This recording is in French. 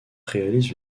réalisent